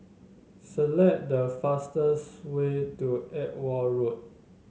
select the fastest way to Edgware Road